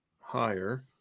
higher